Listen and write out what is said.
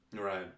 Right